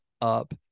up